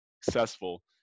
successful